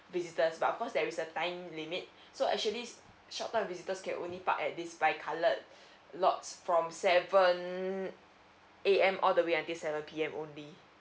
visitors but of course there is a time limit so actually short term visitors can only park at this by coloured lots from seven A_M all the way until seven P_M only